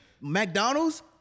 McDonald's